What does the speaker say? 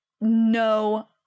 no